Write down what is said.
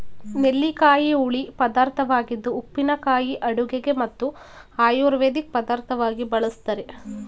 ನೆಲ್ಲಿಕಾಯಿ ಹುಳಿ ಪದಾರ್ಥವಾಗಿದ್ದು ಉಪ್ಪಿನಕಾಯಿ ಅಡುಗೆಗೆ ಮತ್ತು ಆಯುರ್ವೇದಿಕ್ ಪದಾರ್ಥವಾಗಿ ಬಳ್ಸತ್ತರೆ